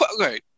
okay